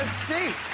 seat!